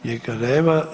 Njega nema.